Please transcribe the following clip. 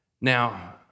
Now